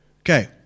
Okay